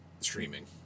streaming